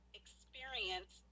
experience